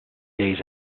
days